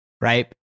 right